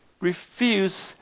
refuse